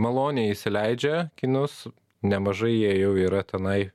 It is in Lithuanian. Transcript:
maloniai įsileidžia kinus nemažai jie jau yra tenai